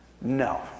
No